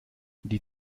die